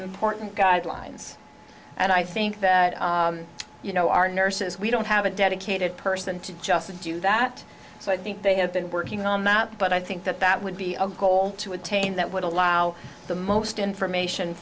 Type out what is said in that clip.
important guidelines and i think that you know our nurses we don't have a dedicated person to just do that so i think they have been working on that but i think that that would be a goal to attain that would allow the most information